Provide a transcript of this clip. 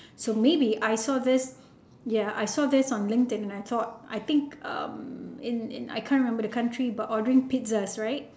so maybe I saw this ya I saw this on linkedin and I thought I think um in in I can't remember the country but ordering pizzas right